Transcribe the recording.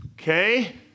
Okay